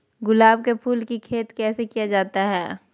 गुलाब के फूल की खेत कैसे किया जाता है?